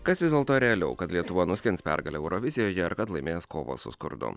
kas vis dėlto realiau kad lietuva nuskins pergalę eurovizijoje ar kad laimėjęs kovą su skurdu